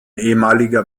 ehemaliger